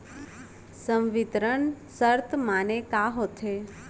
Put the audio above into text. संवितरण शर्त माने का होथे?